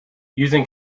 using